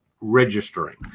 registering